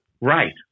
Right